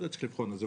צריך לבחון את זה.